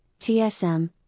TSM